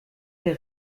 der